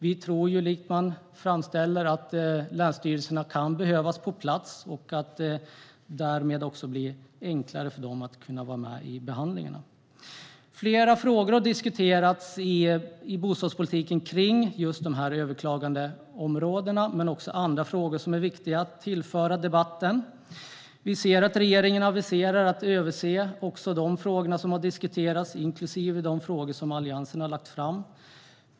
Vi tror, i likhet med vad som framställs, att länsstyrelserna kan behövas på plats och att det därmed också blir enklare för dem att vara med i behandlingarna. Flera frågor har diskuterats i bostadspolitiken om just överklagandeområdena. Men det finns också andra frågor som är viktiga att tillföra debatten. Vi ser att regeringen aviserar att se över de frågor som har diskuterats, inklusive de frågor som Alliansen har lagt fram.